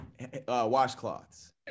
washcloths